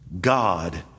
God